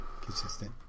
Consistent